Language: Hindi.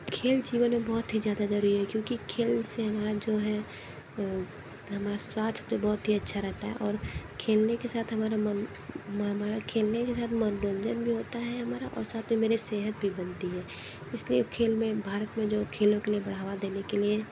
खेल जीवन में बहुत ही ज़्यादा ज़रूरी है क्योंकि खेल से हमारा जो है हमारा स्वास्थ्य तो बहुत ही अच्छा रहता है और खेलने के साथ हमारा मा हमारा खेलने के साथ मनोरंजन भी होता है हमारा और साथ में मेरे सेहत भी बनती है इसलिए खेल में भारत में जो खेलों के लिए बढ़ावा देने के लिए